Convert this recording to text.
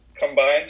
combined